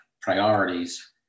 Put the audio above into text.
priorities